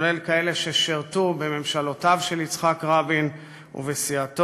כולל כאלה ששירתו בממשלותיו של יצחק רבין ובסיעתו,